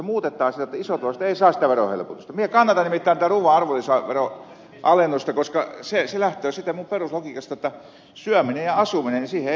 minä kannatan nimittäin tätä ruuan arvonlisäveron alennusta koska se lähtee siitä minun peruslogiikastani jotta syömiseen ja asumiseen ei tehdä lisäkustannuksia